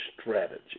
strategy